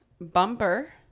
Bumper